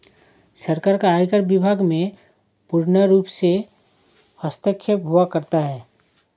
सरकार का आयकर विभाग में पूर्णरूप से हस्तक्षेप हुआ करता है